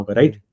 right